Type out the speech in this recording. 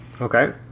Okay